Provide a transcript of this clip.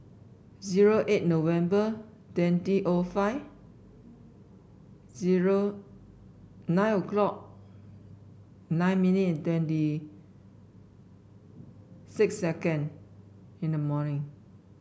zero eight November twenty O five zero nine o'clock nine minutes and twenty six second in the morning